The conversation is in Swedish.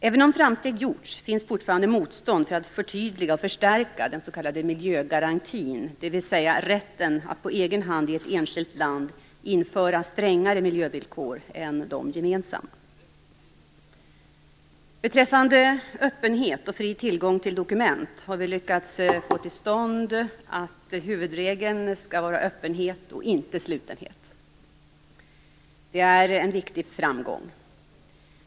Även om framsteg gjorts finns fortfarande motstånd mot att förtydliga och förstärka den s.k. miljögarantin, dvs. rätten att på egen hand i ett enskilt land införa strängare miljövillkor än de gemensamma. Beträffande öppenhet och fri tillgång till dokument har vi lyckats att få till stånd att huvudregeln skall vara öppenhet och inte slutenhet. Det är en mycket viktig framgång.